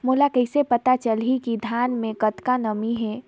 मोला कइसे पता चलही की धान मे कतका नमी हे?